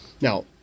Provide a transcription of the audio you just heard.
Now